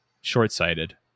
short-sighted